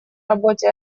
работе